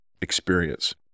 experience